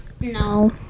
No